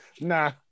nah